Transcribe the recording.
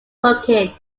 looking